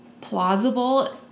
plausible